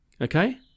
Okay